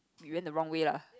we went the wrong way lah